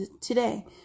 Today